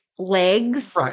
legs